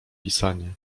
pisanie